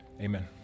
Amen